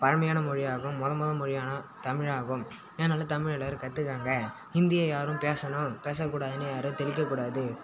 பழமையான மொழியாகும் மொதல் மொதல் மொழியான தமிழாகும் அதனால் தமிழ் எல்லோரும் கற்றுக்கோங்க ஹிந்தியை யாரும் பேசுணும் பேசக்கூடாதுன்னு யாரும் தெளிக்கக் கூடாது